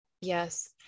Yes